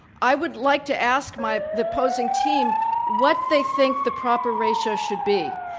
i would like to ask my the opposing team what they think the proper ratio should be.